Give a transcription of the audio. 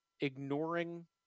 ignoring